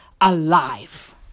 alive